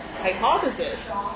hypothesis